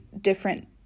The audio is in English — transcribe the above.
different